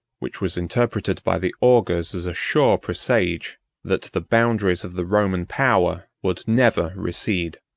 which was interpreted by the augurs as a sure presage that the boundaries of the roman power would never recede.